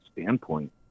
standpoint